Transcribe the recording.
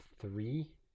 three